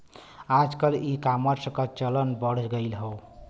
आजकल ईकामर्स क चलन बढ़ गयल हौ